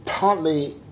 Partly